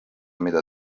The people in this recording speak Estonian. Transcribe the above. mida